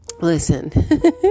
Listen